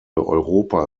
europa